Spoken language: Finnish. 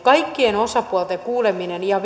kaikkien osapuolten kuuleminen ja